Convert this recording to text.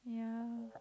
ya